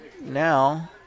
now